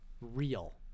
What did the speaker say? real